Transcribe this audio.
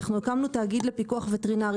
אנחנו הקמנו תאגיד לפיקוח וטרינרי,